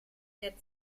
der